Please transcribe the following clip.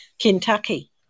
Kentucky